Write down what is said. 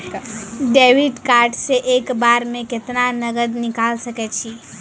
Debit card से एक बार मे केतना नगद निकाल सके छी?